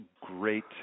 great